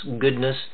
goodness